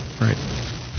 Right